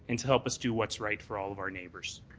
and to help us do what's right for all of our neighbours.